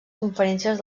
conferències